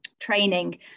training